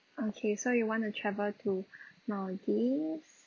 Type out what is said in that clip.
okay so you want to travel to maldives